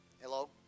Hello